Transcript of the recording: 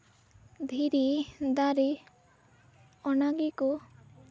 ᱫᱷᱤᱨᱤ ᱫᱟᱨᱮ ᱚᱱᱟ ᱜᱮᱠᱚ